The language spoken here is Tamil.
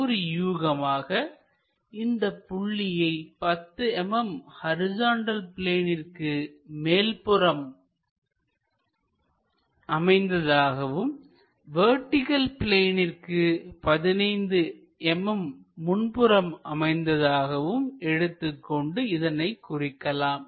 ஒரு யூகமாக இந்தப் புள்ளியை 10 mm ஹரிசாண்டல் பிளேனிற்கு மேல்புறம் அமைந்ததாகவும் வெர்டிகள் பிளேனிற்கு 15 mm முன்புறம் அமைந்ததாகவும் எடுத்துக்கொண்டு இதனை குறிக்கலாம்